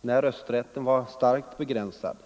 när rösträtten var starkt begränsad.